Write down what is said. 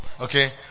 Okay